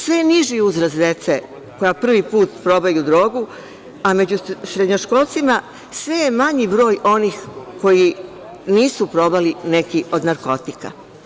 Sve je niži uzrast dece koja prvi put probaju drogu, a među srednjoškolcima sve je manji broj onih koji nisu probali neki od narkotika.